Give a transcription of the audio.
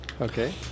Okay